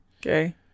Okay